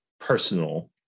personal